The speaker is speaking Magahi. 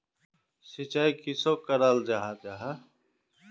सिंचाई किसोक कराल जाहा जाहा?